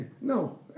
No